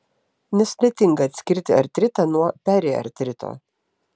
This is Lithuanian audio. nesudėtinga atskirti artritą nuo periartrito